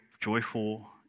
joyful